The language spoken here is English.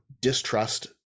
distrust